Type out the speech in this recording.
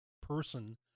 person